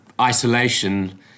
isolation